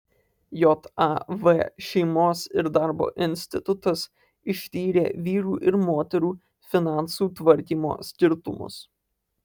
jav šeimos ir darbo institutas ištyrė vyrų ir moterų finansų tvarkymo skirtumus